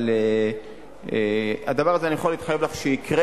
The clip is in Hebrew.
אבל הדבר הזה, אני יכול להתחייב לך שיקרה,